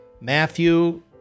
Matthew